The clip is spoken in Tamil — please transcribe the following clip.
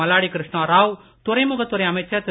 மல்லாடி கிருஷ்ணாராவ் துறைமுகத் துறை அமைச்சர் திரு